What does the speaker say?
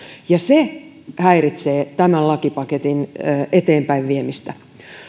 ja se häiritsee tämän lakipaketin eteenpäinviemistä